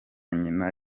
nyina